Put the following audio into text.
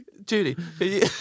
Judy